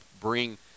bring